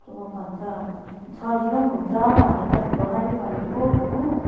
के पो भन्छ सजिलो पनि हुन्छ भनेर ठुलो गाडी भनेको हो